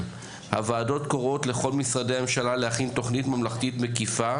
הוועדות קוראות לכל משרדי הממשלה להכין תוכנית ממלכתית מקיפה,